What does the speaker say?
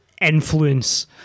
influence